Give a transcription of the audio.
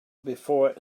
before